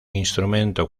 instrumento